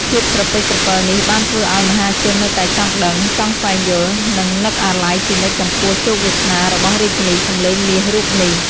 ភាពស្រពេចស្រពិលនេះបានធ្វើឲ្យ មហាជននៅតែចង់ដឹង ចង់ស្វែងយល់ និងនឹកអាល័យជានិច្ចចំពោះជោគវាសនារបស់រាជិនីសំឡេងមាសរូបនេះ។